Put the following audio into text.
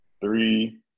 three